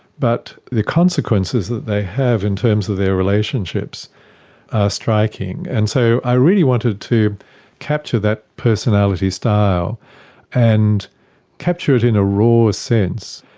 but the consequences that they have in terms of their relationships are striking, and so i really wanted to capture that personality style and capture it in a raw sense,